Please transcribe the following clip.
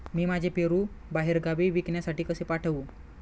मी माझे पेरू बाहेरगावी विकण्यासाठी कसे पाठवू?